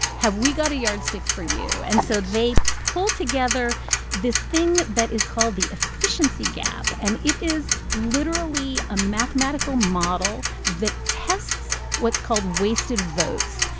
have we got a yardstick for you yes and so they pulled together this thing that is called the efficiency gap. and it is literally a mathematical model that tests what's called wasted votes.